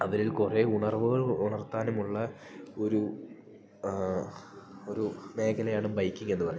അവരിൽ കുറെ ഉണർവുകൾ ഉണർത്താനുമുള്ള ഒരു ഒരു മേഖലയാണ് ബൈക്കിങ്ങ് എന്ന് പറയുന്നത്